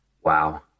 Wow